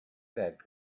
that